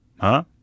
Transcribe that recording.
Huh